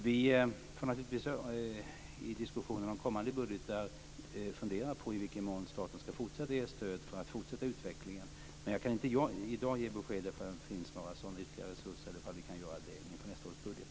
Vi får naturligtvis i diskussioner om kommande budgetar fundera på i vilken mån staten fortsatt skall ge stöd för att fortsätta utvecklingen. Jag kan inte i dag ge besked om ifall det finns några sådana ytterligare resurser eller ifall det kan bli sådana inför nästa års budget.